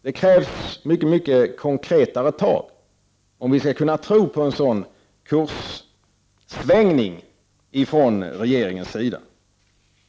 Det krävs mycket mer konkreta tag om vi skall kunna tro på en sådan kurssvängning från regeringens sida.